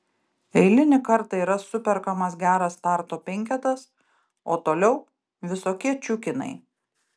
eilinį kartą yra superkamas geras starto penketas o toliau visokie čiukinai